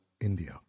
India